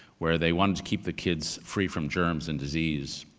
where they wanted to keep the kids free from germs and disease,